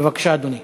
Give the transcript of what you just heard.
בבקשה, אדוני.